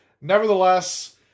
nevertheless